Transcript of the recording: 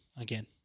again